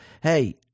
hey